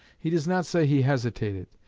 he does not say he hesitated.